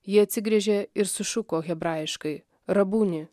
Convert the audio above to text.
ji atsigręžė ir sušuko hebraiškai rabuni